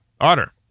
Otter